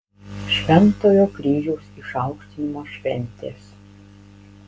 šventojo kryžiaus išaukštinimo šventės